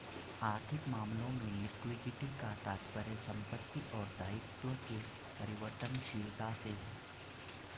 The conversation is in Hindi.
आर्थिक मामलों में लिक्विडिटी का तात्पर्य संपत्ति और दायित्व के परिवर्तनशीलता से है